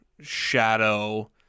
shadow